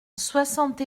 soixante